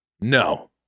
No